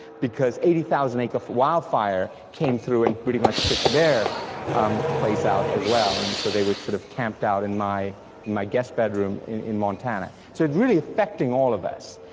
because eighty thousand acre wildfire came through and pretty much took their um place out as well, and so they were sort of camped out in my in my guest bedroom in in montana, so it really affecting all of us.